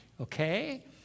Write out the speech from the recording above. okay